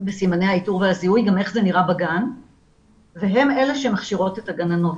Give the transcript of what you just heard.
בסימני האיתור והזיהוי וגם איך זה נראה בגן והן אלה שמכשירות את הגננות.